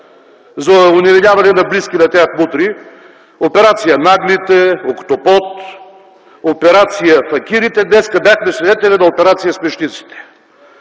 за оневиняване на близки на тях мутри – операция „Наглите”, „Октопод”, операция „Факирите”, днес бяхме свидетели на операция „Смешниците”.